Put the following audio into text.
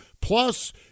Plus